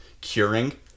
curing